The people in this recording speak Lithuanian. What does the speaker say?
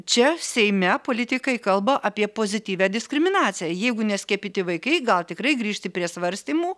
čia seime politikai kalba apie pozityvią diskriminaciją jeigu neskiepyti vaikai gal tikrai grįžti prie svarstymų